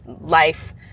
life